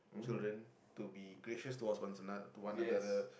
children to be gracious to us to one another